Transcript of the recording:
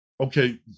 okay